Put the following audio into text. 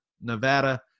Nevada